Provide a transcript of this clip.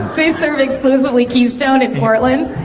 they serve exclusively keystone in portland?